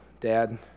Dad